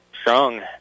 strong